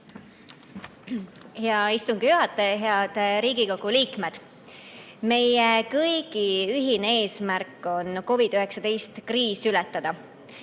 Hea istungi juhataja! Head Riigikogu liikmed! Meie kõigi ühine eesmärk on COVID‑19 kriis ületada,